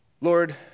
Lord